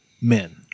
men